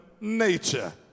nature